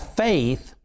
faith